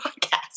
podcast